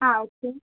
ആ ഓക്കെ